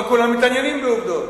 לא כולם מתעניינים בעובדות.